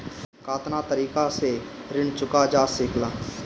कातना तरीके से ऋण चुका जा सेकला?